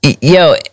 Yo